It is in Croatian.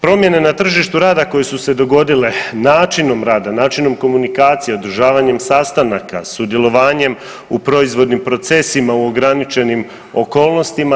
Promjene na tržištu rada koje su se dogodile načinom rada, načinom komunikacije, održavanjem sastanaka, sudjelovanjem u proizvodnim procesima, u ograničenim okolnostima.